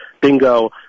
bingo